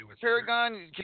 Paragon